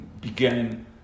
began